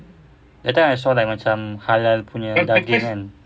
that time I saw like macam halal punya daging kan